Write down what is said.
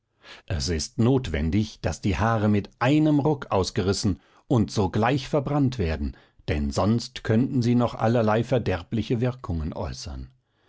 es ist notwendig daß die haare mit einem ruck ausgerissen und sogleich verbrannt werden denn sonst könnten sie noch allerlei verderbliche wirkungen äußern